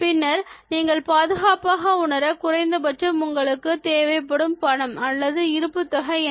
பின்னர் நீங்கள்பாதுகாப்பாக உணர குறைந்தபட்சம் உங்களுக்கு தேவைப்படும் பணம் அல்லது இருப்பு தொகை என்ன